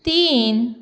तीन